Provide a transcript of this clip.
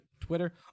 Twitter